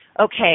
okay